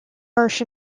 harsh